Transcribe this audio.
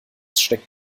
steckt